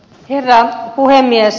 herra puhemies